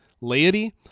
laity